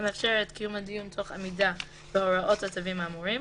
המאפשר את קיום הדיון תוך עמידה בהוראות הצווים האמורים,